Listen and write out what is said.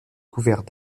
couvert